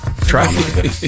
Try